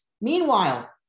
Meanwhile